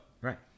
Right